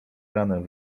ranem